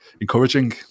encouraging